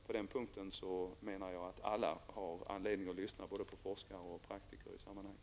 Jag menar att alla har anledning att lyssna på forskare och praktiker i det sammanhanget.